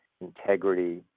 integrity